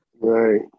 right